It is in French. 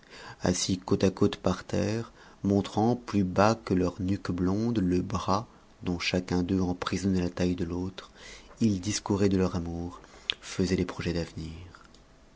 assis côte à côte par terre montrant plus bas que leurs nuques blondes le bras dont chacun d'eux emprisonnait la taille de l'autre ils discouraient de leur amour faisaient des projets d'avenir